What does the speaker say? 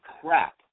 Crap